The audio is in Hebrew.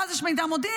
ואז יש מידע מודיעיני.